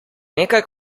nekaj